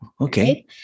okay